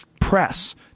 press